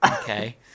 okay